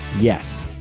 yes.